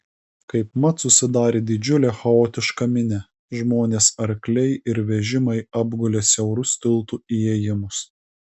kaipmat susidarė didžiulė chaotiška minia žmonės arkliai ir vežimai apgulė siaurus tiltų įėjimus